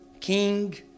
king